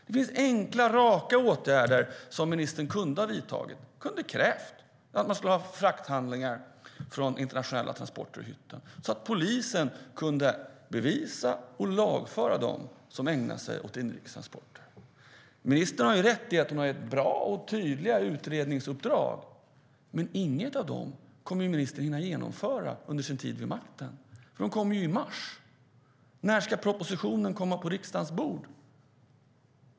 Det finns enkla raka åtgärder som ministern kunde ha vidtagit. Hon kunde ha krävt att man i hytten skulle ha frakthandlingar från internationella transporter så att polisen kunde bevisa och lagföra dem som ägnar sig illegala inrikestransporter. Ministern har rätt i att hon har gett bra och tydliga utredningsuppdrag. Men inget av dem kommer ministern att hinna genomföra under sin tid vid makten. De kommer i mars. När ska propositionen komma på riksdagens bord?